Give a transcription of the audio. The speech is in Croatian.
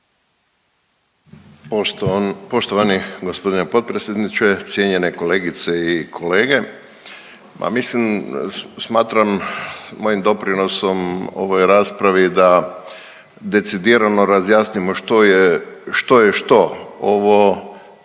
Poštovani gospodine potpredsjedniče, cijenjene kolegice i kolege. Ma mislim smatram mojim doprinosom ovoj raspravi da decidirano razjasnimo što je što? Ovo